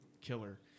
killer